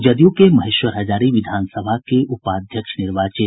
जदयू के महेश्वर हजारी विधान सभा के उपाध्यक्ष निर्वाचित